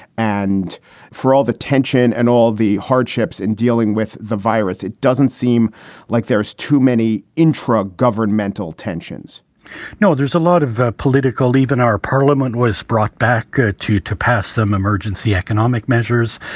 and for all the tension and all the hardships in dealing with the virus, it doesn't seem like there's too many intragovernmental tensions no, there's a lot of ah political even our parliament was brought back ah to to pass some emergency economic measures.